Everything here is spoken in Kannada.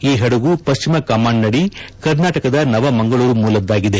ಈ ಹಡಗು ಪಶ್ಚಿಮ ಕಮಾಂಡ್ನದಿ ಕರ್ನಾಟಕದ ನವಮಂಗಳೂರು ಮೂಲದ್ದಾಗಿದೆ